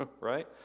right